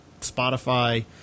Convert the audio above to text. Spotify